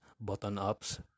button-ups